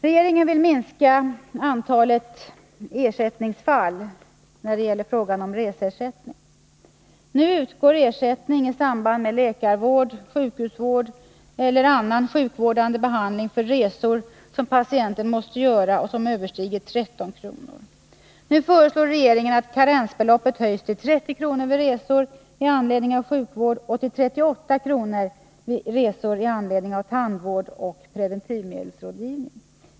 Regeringen vill minska antalet fall när det gäller reseersättning. Nu utgår ersättningen i samband med läkarvård, sjukhusvård och annan sjukvårdande behandling för resor som patienten måste göra och som kostar mer än 13 kr. Regeringen föreslår att karensbeloppet höjs till 30 kr. vid resor med anledning av sjukvård och till 38 kr. vid resor med anledning av tandvård och preventivmedelsrådgivning.